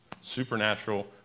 Supernatural